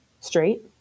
straight